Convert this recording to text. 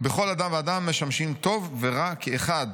בכל אדם ואדם משמשים טוב ורע כאחד,